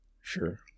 sure